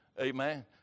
Amen